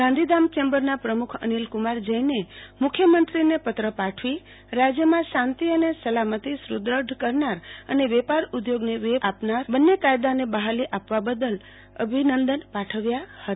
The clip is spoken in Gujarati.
ગાંધીધામ ચેમ્બરના પ્રમુખ અનિલકુમાર જૈલે મુખ્યમંત્રીને પત્ર પાછ્વી રાજયમાં શાંતિ અને સલામતી સુ દઢ કરનાર અને વેપાર ઉધીગને વેગ આપનાર બંને કાયદાને બહાલી આપવા બદલ અભિનંદન પાઠવ્યા હતા